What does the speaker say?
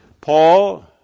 Paul